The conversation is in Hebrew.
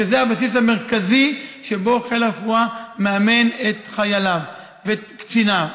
שזה הבסיס המרכזי שבו חיל הרפואה מאמן את חייליו ואת קציניו.